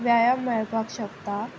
व्यायाम मेळपाक शकता